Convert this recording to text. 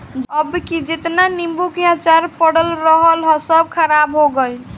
अबकी जेतना नीबू के अचार पड़ल रहल हअ सब खराब हो गइल